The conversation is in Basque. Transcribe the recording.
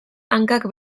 hankak